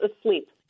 asleep